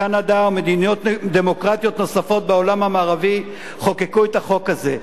קנדה ומדינות דמוקרטיות נוספות בעולם המערבי חוקקו את החוק הזה.